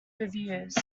reviews